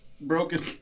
Broken